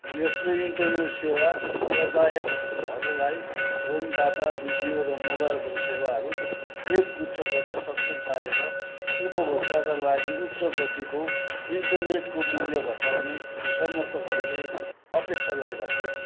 यसले इन्टरनेट सेवा प्रदायकहरूलाई फोन डाटा भिडियो र मोबाइल फोन सेवाहरू एक गुच्छ गर्न सक्षम पारेर उपभोक्ताका लागि उच्च गतिको इन्टरनेटको मूल्य घटाउने समर्थकहरूले अपेक्षा गरेका छन्